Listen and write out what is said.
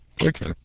Okay